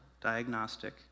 diagnostic